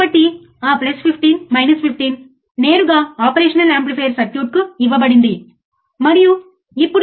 కాబట్టి ఓసిల్లోస్కోప్తో operational amplifier యొక్క అవుట్పుట్ను గమనించండి